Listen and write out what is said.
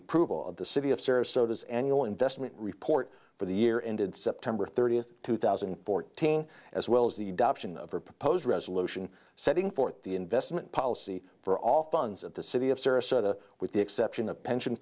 approval of the city of service so does annual investment report for the year ended september thirtieth two thousand and fourteen as well as the adoption of a proposed resolution setting forth the investment policy for all funds at the city of sarasota with the exception of pension